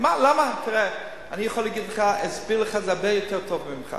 אני יכול להסביר לך את זה הרבה יותר ממך,